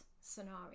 scenario